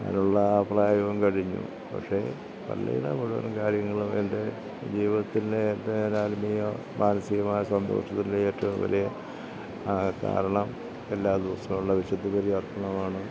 അതിനുള്ള ആ പ്രായവും കഴിഞ്ഞു പക്ഷെ പള്ളിയിലെ മുഴുവൻ കാര്യങ്ങളും എൻ്റെ ജീവിതത്തിലെ ആത്മീയ മാനസികമായ സന്തോഷത്തിൻ്റെ ഏറ്റവും വലിയ കാരണം എല്ലാ ദിവസവുമുള്ള വിശുദ്ധ ബലി അർപ്പണമാണ്